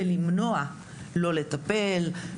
ולמנוע לא לטפל,